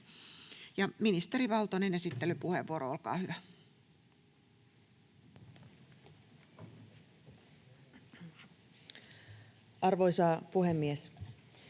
Ministeri Valtonen, esittelypuheenvuoro, olkaa hyvä. [Speech